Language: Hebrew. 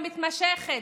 המתמשכת,